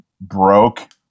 broke